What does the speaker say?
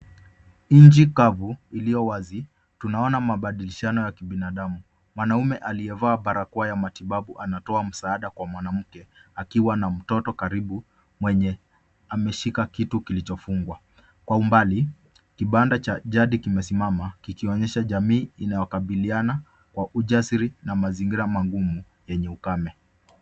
Nchi kavu iliyo wazi tunaona mabadilishano ya kibinadamu ,mwanaume aliyevaa barakoa ya matibabu anatoa msaada kwa mwanamke akiwa na mtoto karibu mwenye ameshika kitu kilichofungwa, kwa umbali kibanda cha jadi kimesimama kikionyesha jamii inayokabiliana kwa ujasiri na mazingira magumu yenye ukame.